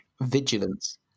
Vigilance